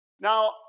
Now